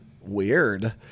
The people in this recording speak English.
Weird